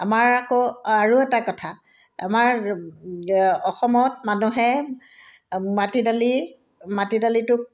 আমাৰ আকৌ আৰু এটা কথা আমাৰ অসমত মানুহে মাটি দালি মাটি দালিটোক